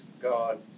God